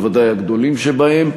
בוודאי הגדולים שבהם.